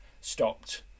stopped